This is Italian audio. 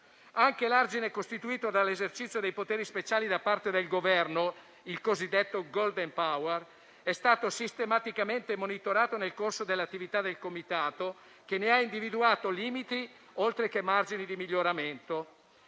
Anche l'argine costituito dall'esercizio dei poteri speciali da parte del Governo, il cosiddetto *golden power,* è stato sistematicamente monitorato nel corso dell'attività del Comitato, che ne ha individuato i limiti, oltre che i margini di miglioramento.